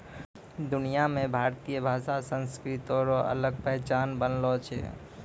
दुनिया मे भारतीय भाषा संस्कृति रो अलग पहचान बनलो छै